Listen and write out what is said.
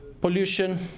Pollution